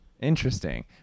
Interesting